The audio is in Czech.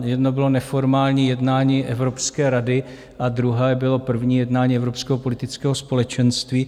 Jedno bylo neformální jednání Evropské rady a druhé bylo první jednání Evropského politického společenství.